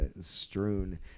strewn